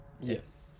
Yes